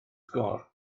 sgôr